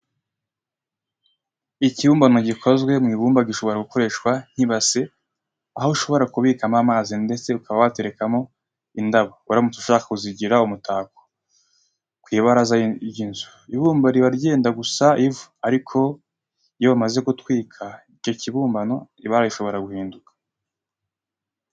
Ikibumbano gikozwe mu ibumba gishobora gukoreshwa nk'ibasi aho ushobora kubikamo amazi ndetse ukaba waterekamo indabo uramutse ushaka kuzigira umutako ku ibaraza ry'inzu. Ibumba riba ryenda gusa ivu ariko iyo bamaze gutwika icyo kibumbano ibara rishobora guhinduka.